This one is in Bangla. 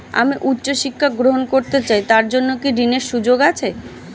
আমি উচ্চ শিক্ষা গ্রহণ করতে চাই তার জন্য কি ঋনের সুযোগ আছে?